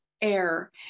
air